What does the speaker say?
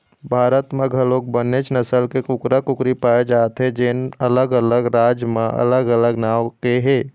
भारत म घलोक बनेच नसल के कुकरा, कुकरी पाए जाथे जेन अलग अलग राज म अलग अलग नांव के हे